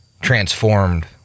transformed